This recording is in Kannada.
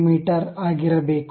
ಮೀ ಆಗಿರಬೇಕು